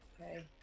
Okay